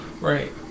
right